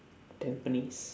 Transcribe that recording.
tampines